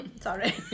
Sorry